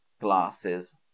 glasses